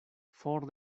for